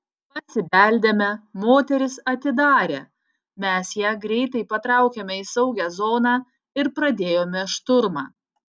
pasibeldėme moteris atidarė mes ją greitai patraukėme į saugią zoną ir pradėjome šturmą